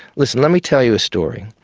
listen, let me tell you a story.